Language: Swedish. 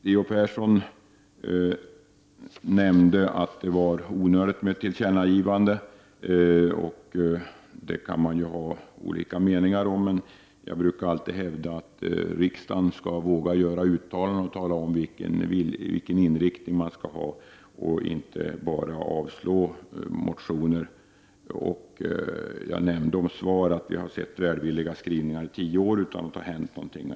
Leo Persson sade att det var onödigt med ett tillkännagivande. Det kan man naturligtvis ha olika meningar om, men jag brukar alltid hävda att riksdagen skall våga göra uttalanden och tala om sin viljeinriktning. Riksdagen skall inte bara under tio år avslå motioner med välvilliga skrivningar utan att det händer någonting.